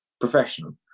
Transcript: professional